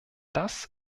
das